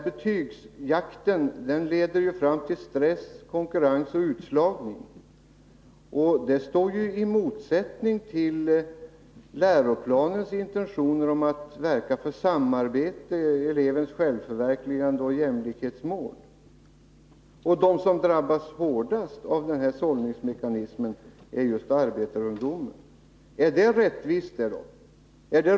Betygsjakten leder fram till stress, konkurrens och utslagning, och det står ju i motsats till läroplanens intentioner om att verka för samarbete, elevens självförverkligande och jämlikhetsmål. De som drabbas hårdast av denna sållningsmekanism är just arbetarungdomen. Är det rättvist?